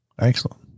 Excellent